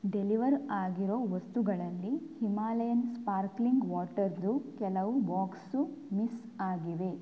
deliver ಆಗಿರೊ ವಸ್ತುಗಳಲ್ಲಿ Himalayan sparkling ವಾಟರ್ದು ಕೆಲವು ಬಾಕ್ಸು ಮಿಸ್ ಆಗಿವೆ